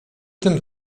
tym